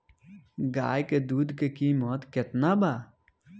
गाय के दूध के कीमत केतना बा?